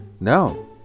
No